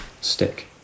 stick